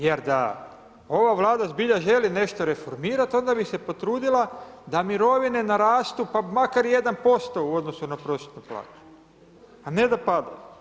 Jer da ova Vlada zbilja želi nešto reformirati onda bi se potrudila da mirovine narastu pa makar i 1% u odnosu na prosječnu plaću a ne da pada.